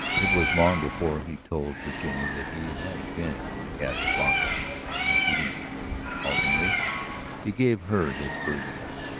it was long before he told virginia that he had been in the casa blanca when the shooting occurred haltingly he gave her his version of it.